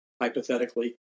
hypothetically